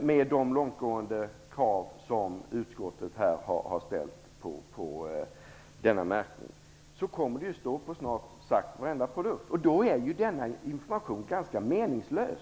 Med de långtgående krav som utskottet har ställt på denna märkning kommer snart sagt varenda produkt att vara märkt. Då blir informationen ganska meningslös.